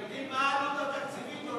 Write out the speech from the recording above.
גברתי, מה העלות התקציבית?